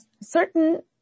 certain